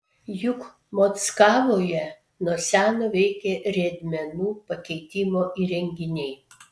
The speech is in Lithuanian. juk mockavoje nuo seno veikia riedmenų pakeitimo įrenginiai